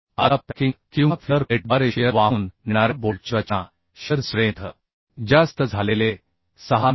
आता पॅकिंग किंवा फिलर प्लेटद्वारे शिअर वाहून नेणाऱ्या बोल्टची रचना शिअर स्ट्रेंथ ज्यास्त झालेले 6 मि